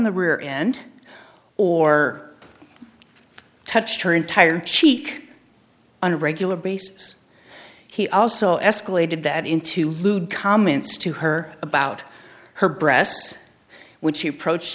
the rear end or touched her entire cheek on a regular basis he also escalated that into lewd comments to her about her breasts when she approached